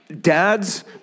Dads